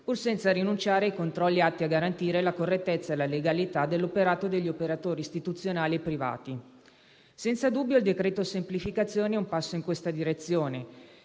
pur senza rinunciare ai controlli atti a garantire la correttezza e la legalità dell'operato degli operatori istituzionali e privati. Senza dubbio il decreto semplificazioni è un passo in questa direzione,